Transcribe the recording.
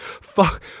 Fuck